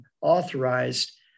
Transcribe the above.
authorized